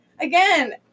again